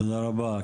תודה רבה.